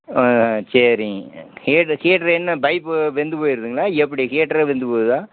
ஆ சரிங்க heater heater என்ன pipe வெந்து போயிருதுங்களா எப்படி ஹீட்ரே வெந்து போகுதா